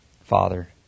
Father